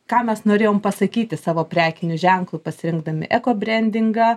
ką mes norėjom pasakyti savo prekiniu ženklu pasirinkdami ekobrendingą